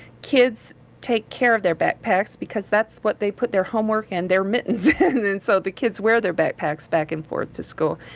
kids take care of their backpacks because that's what they put their homework and their and and so the kids where their backpacks back-and-forth to school.